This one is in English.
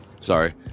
sorry